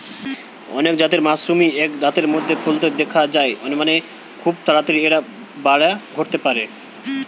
অনেক জাতের মাশরুমই এক রাতের মধ্যেই ফলতে দিখা যায় মানে, খুব তাড়াতাড়ি এর বাড়া ঘটতে পারে